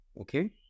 okay